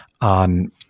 on